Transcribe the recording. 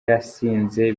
yasinze